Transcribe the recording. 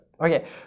okay